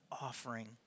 offering